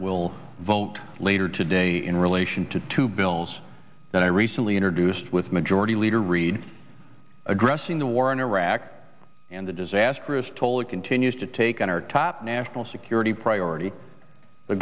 will vote later today in relation to two bills that i recently introduced with majority leader reid addressing the war in iraq and the disastrous toll it continues to take on our top national security priority